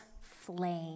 flame